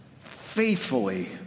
faithfully